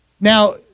Now